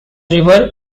river